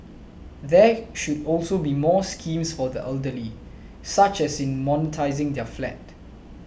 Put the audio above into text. there should also be more schemes for the elderly such as in monetising their flat